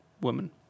woman